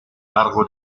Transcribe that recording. largo